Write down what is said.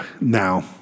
Now